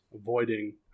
avoiding